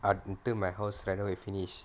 until my house renovate finish